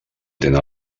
atent